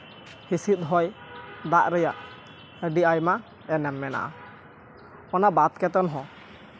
ᱦᱤᱸᱥᱤᱫ ᱦᱚᱭ ᱫᱟᱜ ᱨᱮᱭᱟᱜ ᱟᱹᱰᱤ ᱟᱭᱢᱟ ᱮᱱᱮᱢ ᱢᱮᱱᱟᱜᱼᱟ ᱚᱱᱟ ᱵᱟᱫᱽ ᱠᱟᱛᱮᱱ ᱦᱚᱸ